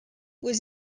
was